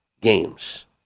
games